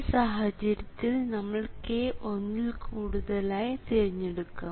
ഈ സാഹചര്യത്തിൽ നമ്മൾ k ഒന്നിൽ കൂടുതലായി തിരഞ്ഞെടുക്കും